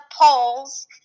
polls